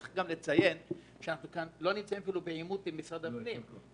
אנחנו לא נמצאים בעימות עם משרד הפנים.